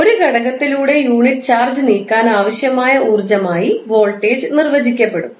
ഒരു ഘടകത്തിലൂടെ unit charge നീക്കാൻ ആവശ്യമായ ഊർജ്ജമായി വോൾട്ടേജ് നിർവചിക്കപ്പെടും